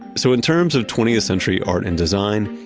so in terms of twentieth century art and design,